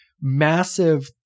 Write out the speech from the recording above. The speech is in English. massive